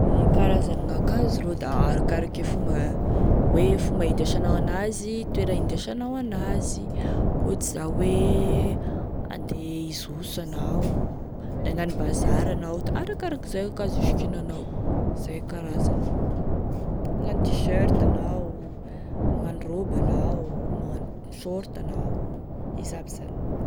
Gne karazany e akanzo rô da arakaraky e fomba hoe fomba indesanao an'azy toeragny indesanao an'azy, ohatry zao hoe handeha hizoso anao, hagnano bazary anao da arakaraky izay e ankazo isikinanao, zay e karazany, magnano tee-shirt anao, magnano robe anao, magnano sôrta anao, izy aby zany.